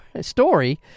story